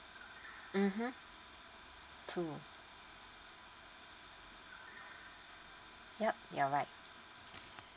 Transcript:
mmhmm two yup you are right